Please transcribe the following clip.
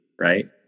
right